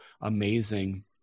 amazing